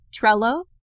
Trello